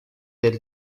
del